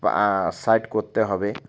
side করতে হবে